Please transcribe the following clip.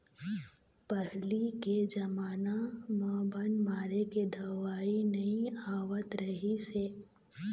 पहिली के जमाना म बन मारे के दवई नइ आवत रहिस हे